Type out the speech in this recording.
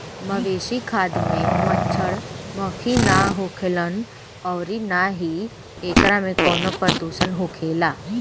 मवेशी खाद में मच्छड़, मक्खी ना होखेलन अउरी ना ही एकरा में कवनो प्रदुषण होखेला